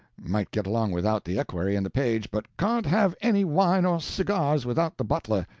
might get along without the equerry and the page, but can't have any wine or cigars without the butler,